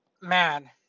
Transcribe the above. man